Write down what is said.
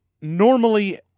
normally